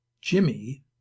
Jimmy